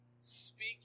Speak